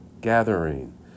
gathering